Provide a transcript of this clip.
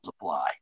apply